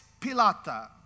Pilata